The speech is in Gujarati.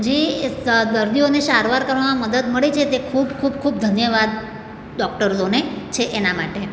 જે સ દર્દીઓની સારવાર કરવામાં મદદ મળે છે તે ખૂબ ખૂબ ખૂબ ધન્યવાદ ડોક્ટર્સોને એના માટે